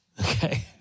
Okay